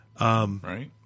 right